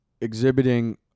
exhibiting